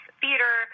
theater